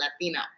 Latina